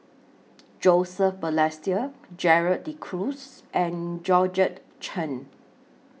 Joseph Balestier Gerald De Cruz and Georgette Chen